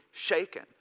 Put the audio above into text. shaken